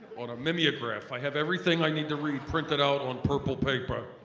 on a mimeograph i have everything i need to read printed out on purple paper